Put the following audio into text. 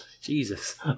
Jesus